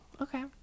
Okay